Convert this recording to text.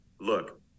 look